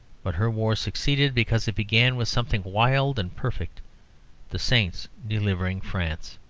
but her war succeeded because it began with something wild and perfect the saints delivering france.